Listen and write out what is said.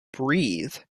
breathe